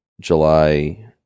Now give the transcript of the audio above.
July